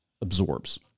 absorbs